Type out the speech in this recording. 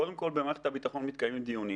קודם כול במערכת הביטחון מתקיימים דיונים